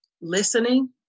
listening